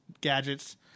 gadgets